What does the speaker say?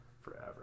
forever